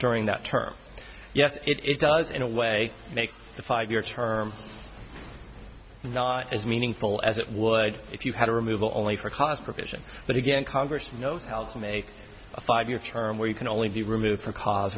during that term yes it does in a way make the five year term not as meaningful as it would if you had a removal only for cost provision but again congress knows how to make a five year term where you can only be removed for cause